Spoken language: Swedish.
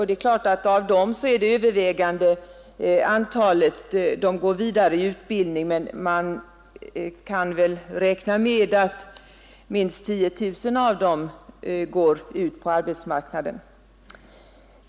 Det är klart att det övervägande antalet av dessa går vidare i utbildning, men man kan räkna med att minst 10 000 av dem söker sig ut på arbetsmarknaden.